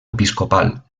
episcopal